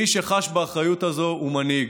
מי שחש באחריות הזאת הוא מנהיג,